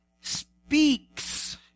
speaks